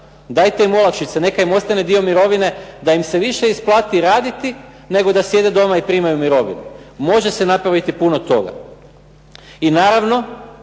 dajte im olakšice neka im ostane dio mirovine da im se više isplati raditi nego da sjede doma i primaju mirovinu, može se napraviti puno toga. I naravno